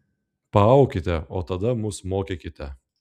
paaukite o tada mus mokykite